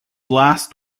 last